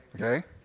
Okay